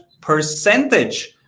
percentage